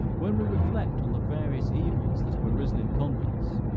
when we reflect on the various evils that have arisen in convents,